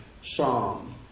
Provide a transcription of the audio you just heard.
psalm